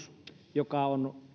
joka on